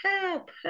help